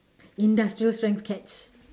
industrial strength cats